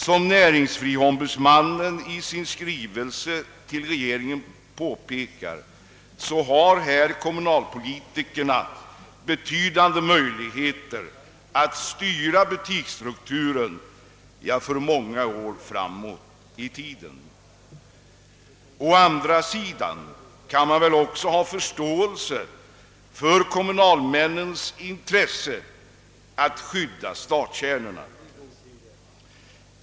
Som näringsfrihetsombudsmannen i sin skrivelse till regeringen påpekar, har här kommunalpolitikerna betydande möjligheter att styra butiksstrukturen för många år framåt. Å andra sidan kan man också ha förståelse för kommunalmännens intresse att skydda stadskärnorna.